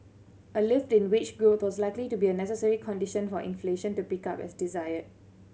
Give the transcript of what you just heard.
a lift in wage growth was likely to be a necessary condition for inflation to pick up as desired